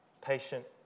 Patient